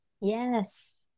yes